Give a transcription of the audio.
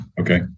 okay